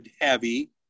heavy